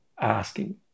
asking